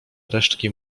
resztki